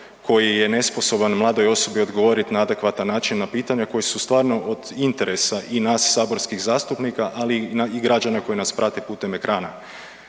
koji je nesposoban mladoj osobi odgovoriti na adekvatan način na pitanja koja su stvarno od interesa i nas saborskih zastupnika, ali i građana koji nas prate putem ekrana.